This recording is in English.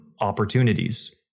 opportunities